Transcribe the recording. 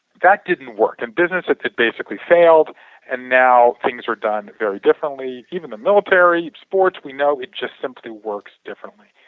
that didn't work in business and it basically failed and now things are done very differently even the military, sports, we know it just simply works differently.